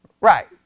Right